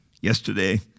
Yesterday